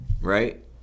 right